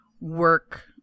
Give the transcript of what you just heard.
work